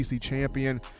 champion